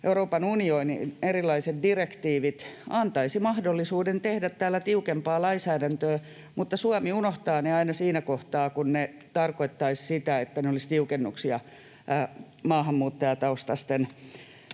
Euroopan unionin erilaiset direktiivit antaisivat mahdollisuuden tehdä täällä tiukempaa lainsäädäntöä, niin Suomi unohtaa ne aina siinä kohtaa, kun tarkoittaisi sitä, että ne olisivat tiukennuksia maahanmuuttajataustaisten